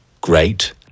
Great